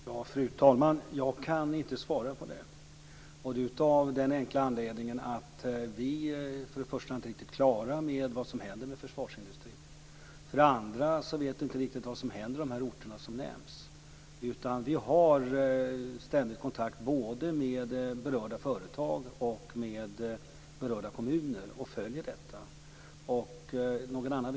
Fru talman! Jag kan inte svara på det, för det första därför att vi inte är riktigt klara med vad som händer med försvarsindustrin, för det andra därför att vi inte riktigt vet vad som händer i de orter som nämns. Vi har ständig kontakt både med berörda företag och med berörda kommuner och följer utvecklingen.